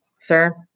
Sir